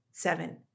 Seven